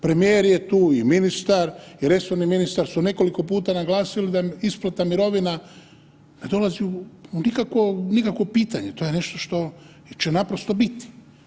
Premijer je i ministar i resorni ministar su nekoliko puta naglasili da isplata mirovina ne dolazi u nikakvo pitanje, to je nešto što će naprosto biti.